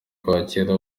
kwakira